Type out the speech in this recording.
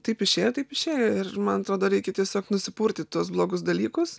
taip išėjo taip išėjo ir man atrodo reikia tiesiog nusipurtyt tuos blogus dalykus